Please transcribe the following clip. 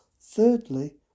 Thirdly